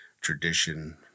tradition